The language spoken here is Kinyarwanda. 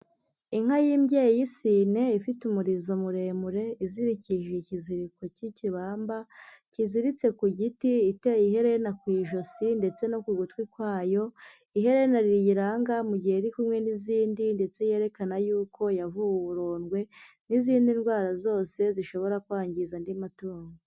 Inka y'imbyeyi y'isine ifite umurizo muremure izirikije ikiziriko cy'ikibamba, kiziritse ku giti, iteye iherena ku ijosi ndetse no ku gutwi kwayo, iherene riyiranga mu gihe iri kumwe n'izindi ndetse yerekana y'uko yavuwe uburondwe n'izindi ndwara zose zishobora kwangiza andi matungo.